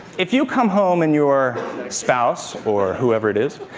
if you come home, and your spouse, or whoever it is,